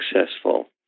successful